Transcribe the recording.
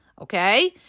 okay